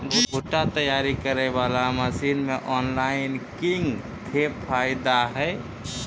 भुट्टा तैयारी करें बाला मसीन मे ऑनलाइन किंग थे फायदा हे?